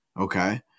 okay